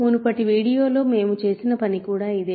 మునుపటి వీడియోలో మేము చేసిన పని కూడా ఇదే